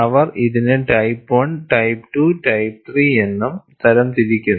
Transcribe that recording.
അവർ ഇതിനെ type 1 type 2 type 3 എന്നും തരംതിരിക്കുന്നു